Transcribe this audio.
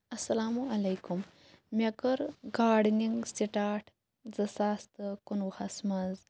اسلامُ علیکُم مےٚ کٔر گاڈنِنگ سِٹاٹ زٕ ساس تہٕ کُنوُہَس مَنٛز